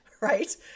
right